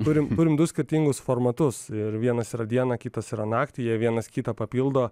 turim turim du skirtingus formatus ir vienas yra dieną kitas yra naktį jie vienas kitą papildo